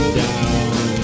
down